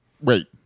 wait